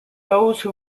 those